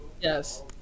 Yes